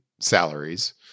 salaries